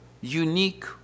unique